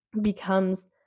becomes